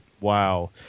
Wow